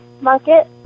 market